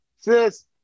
Sis